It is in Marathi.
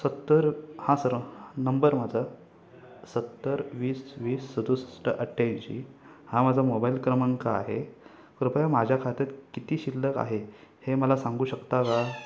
सत्तर हां सर नंबर माझा सत्तर वीस वीस सदुसष्ट अठ्ठ्याऐंशी हा माझा मोबाईल क्रमांक आहे कृपया माझ्या खात्यात किती शिल्लक आहे हे मला सांगू शकता का